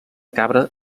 cabra